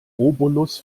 obolus